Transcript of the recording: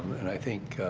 and i think